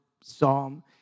psalm